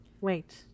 Wait